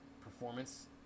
performance